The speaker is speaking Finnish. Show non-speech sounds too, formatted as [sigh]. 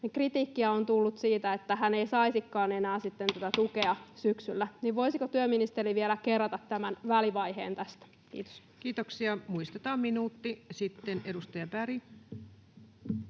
kritiikkiä on tullut siitä, että hän ei saisikaan enää sitten [noise] tätä tukea syksyllä. Voisiko työministeri vielä kerrata tämän välivaiheen tästä? — Kiitos. Kiitoksia. Muistetaan minuutti. — Sitten edustaja Berg.